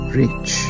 rich